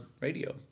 radio